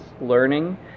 learning